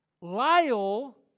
Lyle